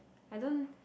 I don't